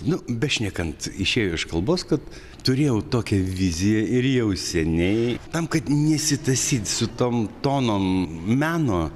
nu bešnekant išėjo iš kalbos kad turėjau tokią viziją ir jau seniai tam kad nesitasyt su tom tonom meno